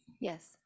Yes